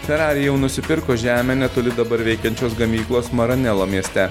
ferrari jau nusipirko žemę netoli dabar veikiančios gamyklos maranelo mieste